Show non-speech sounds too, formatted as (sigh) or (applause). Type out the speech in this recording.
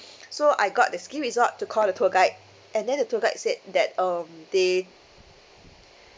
(breath) so I got the ski resort to call the tour guide and then the tour guide said that um they